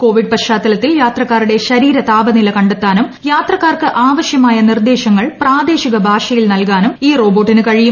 Covid പശ്ചാത്തലത്തിൽ യാത്രക്കാരുടെ ശരീര താപനില കണ്ടെത്താനും യാത്രക്കാർക്ക് ആവശ്യമായ നിർദ്ദേശങ്ങൾ പ്രാദേശിക ഭാഷയിൽ നൽകാനും ഈ റോബോട്ടിന് കഴിയും